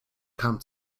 kam